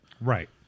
Right